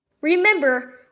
Remember